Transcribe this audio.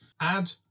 add